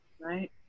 right